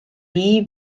bihi